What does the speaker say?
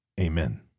Amen